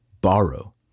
borrow